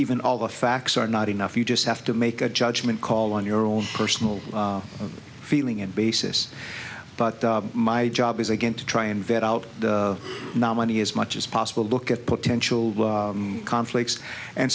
even all the facts are not enough you just have to make a judgment call on your own personal feeling and basis but my job is again to try and vet out the nominee as much as possible look at potential conflicts and